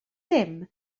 dim